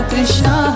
Krishna